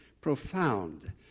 Profound